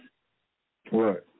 Right